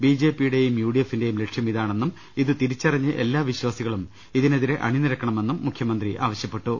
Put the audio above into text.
ബിജെപിയുടെയും യുഡിഎഫിന്റെയും ലക്ഷ്യം ഇതാണെന്നും ഇത് തിരിച്ചറിഞ്ഞ് എല്ലാ വിശ്വാസികളും ഇതിനെതിരെ അണിനിരക്കണമെന്നും മുഖ്യമന്ത്രി ആവശ്യപ്പെട്ടു